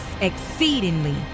exceedingly